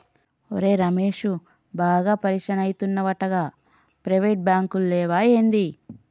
ఒరే రమేశూ, బాగా పరిషాన్ అయితున్నవటగదా, ప్రైవేటు బాంకులు లేవా ఏంది